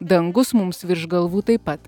dangus mums virš galvų taip pat